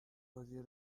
بازیا